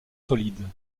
solides